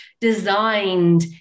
designed